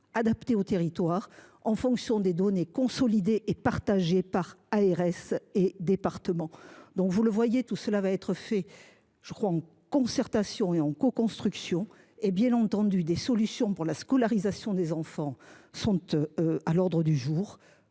adaptées aux territoires, en fonction des données consolidées et partagées entre les ARS et les départements. Madame la sénatrice, vous le voyez, tout cela va être fait, grâce à la concertation et à la coconstruction. Bien entendu, des solutions pour la scolarisation des enfants sont à l’ordre du jour.